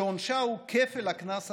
שעונשה הוא כפל הקנס הרגיל,